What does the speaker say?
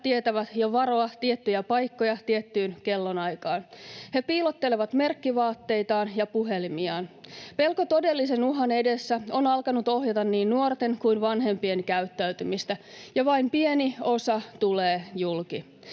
tietävät jo varoa tiettyjä paikkoja tiettyyn kellonaikaan. He piilottelevat merkkivaatteitaan ja puhelimiaan. Pelko todellisen uhan edessä on alkanut ohjata niin nuorten kuin vanhempien käyttäytymistä. Ja vain pieni osa tulee julki.